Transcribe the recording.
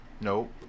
Nope